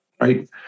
right